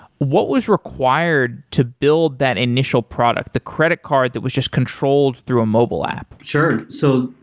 what was required to build that initial product, the credit card that was just controlled through a mobile app? sure. so,